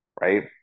right